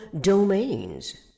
domains